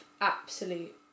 absolute